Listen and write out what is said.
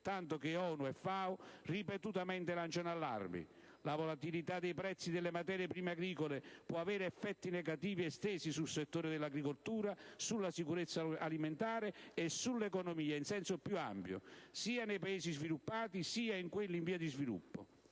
tanto che ONU e FAO ripetutamente lanciano allarmi. La volatilità dei prezzi delle materie prime agricole può avere effetti negativi estesi sul settore dell'agricoltura, sulla sicurezza alimentare e sull'economia in senso più ampio, sia nei Paesi sviluppati, sia in quelli in via di sviluppo.